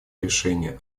решения